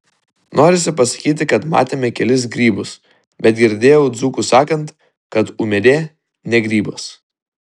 norisi pasakyti kad matėme kelis grybus bet girdėjau dzūkus sakant kad ūmėdė ne grybas